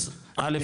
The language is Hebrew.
אז א',